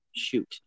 Shoot